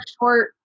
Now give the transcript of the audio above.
short